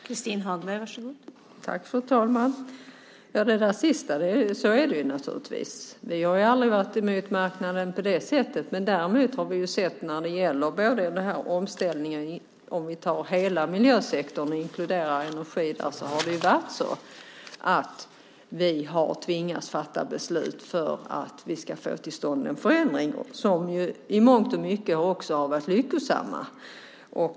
Fru talman! När det gäller det sista vill jag säga att så är det naturligtvis. Vi har aldrig varit emot marknaden på det sättet. Men när det gäller omställningen, om vi tar hela miljösektorn och inkluderar energin, har vi tvingats att fatta beslut för att vi ska få till stånd en förändring som i mångt och mycket också har varit lyckosam.